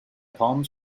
palms